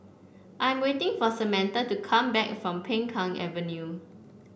I am waiting for Samantha to come back from Peng Kang Avenue